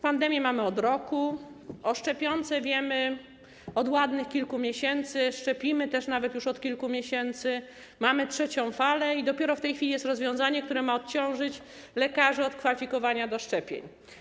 Pandemię mamy od roku, o szczepionce wiemy od ładnych kilku miesięcy, nawet już szczepimy od kilku miesięcy, mamy trzecią falę i dopiero w tej chwili jest rozwiązanie, które ma odciążyć lekarzy przy kwalifikowaniu do szczepień.